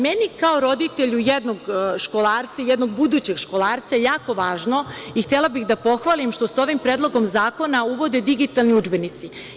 Meni kao roditelju jednog školarca i jednog budućeg školarca je jako važno i htela bih da pohvalim što se ovim predlogom zakona uvode digitalni udžbenici.